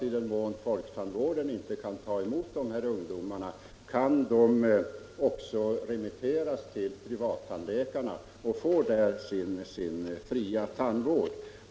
I den mån folktandvården inte kan ta emot dessa ungdomar kan de remitteras till privattandläkare och där få sin fria tandvård om överenskommelse träffas därom.